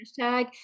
hashtag